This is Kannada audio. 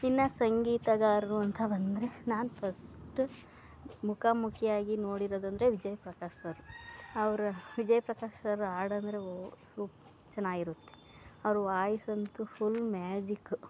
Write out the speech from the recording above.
ಇನ್ನು ಸಂಗೀತಗಾರರು ಅಂತ ಬಂದರೆ ನಾನು ಫಸ್ಟ್ ಮುಖಾಮುಖಿಯಾಗಿ ನೋಡಿರೋರು ಅಂದರೆ ವಿಜಯ್ ಪ್ರಕಾಶ್ ಸರ್ ಅವರ ವಿಜಯ್ ಪ್ರಕಾಶ್ ಸರ್ ಹಾಡಂದರೆ ಓಹ್ ಸುಪ್ ಚೆನ್ನಾಗಿರುತ್ತೆ ಅವ್ರ ವಾಯ್ಸ್ ಅಂತೂ ಫುಲ್ ಮ್ಯಾಜಿಕು